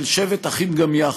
של שבת אחים גם יחד,